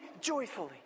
joyfully